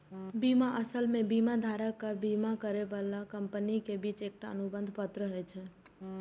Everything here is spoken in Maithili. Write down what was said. बीमा असल मे बीमाधारक आ बीमा करै बला कंपनी के बीच एकटा अनुबंध पत्र होइ छै